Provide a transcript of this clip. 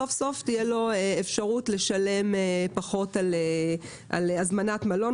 סוף-סוף תהיה לו אפשרות לשלם פחות על הזמנת מלון.